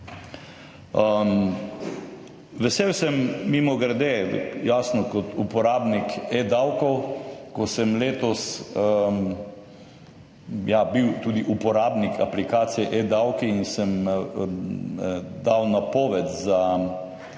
Vesel sem, mimogrede, kot uporabnik eDavkov, ko sem bil letos tudi uporabnik aplikacije eDavki in sem dal napoved za